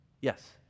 Yes